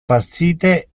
facite